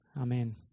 amen